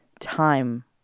Time